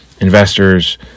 investors